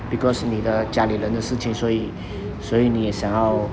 because 你的家里人的事情所以所以你也想要